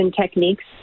techniques